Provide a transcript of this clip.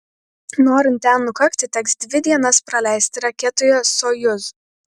norint ten nukakti teks dvi dienas praleisti raketoje sojuz